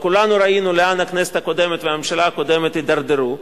וכולנו ראינו לאן הכנסת הקודמת והממשלה הקודמת הידרדרו,